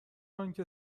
آنکه